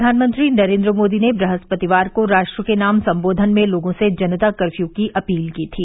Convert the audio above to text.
प्रधानमंत्री नरेन्द्र मोदी ने बृहस्पतिवार को राष्ट्र के नाम संबोधन में लोगों से जनता कर्फ्यू की अपील की थी